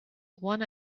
one